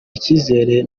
ikizere